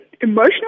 emotional